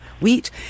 wheat